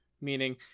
meaning